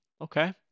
Okay